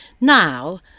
Now